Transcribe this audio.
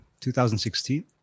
2016